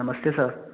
नमस्ते सर